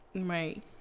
Right